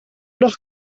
noch